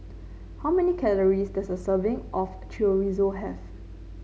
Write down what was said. how many calories does a serving of Chorizo have